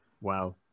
wow